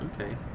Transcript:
Okay